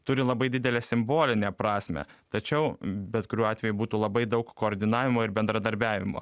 turi labai didelę simbolinę prasmę tačiau bet kuriuo atveju būtų labai daug koordinavimo ir bendradarbiavimo